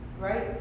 right